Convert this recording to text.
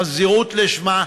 חזירות לשמה.